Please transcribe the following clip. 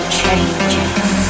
changes